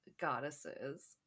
goddesses